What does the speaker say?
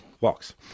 walks